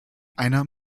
einer